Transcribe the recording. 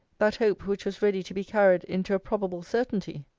that hope which was ready to be carried into a probable certainty?